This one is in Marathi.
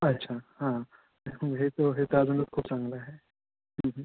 अच्छा हं इथून हे तो हे तर अजूनच खूप चांगलं आहे